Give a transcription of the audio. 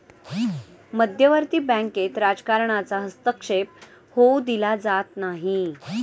मध्यवर्ती बँकेत राजकारणाचा हस्तक्षेप होऊ दिला जात नाही